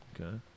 Okay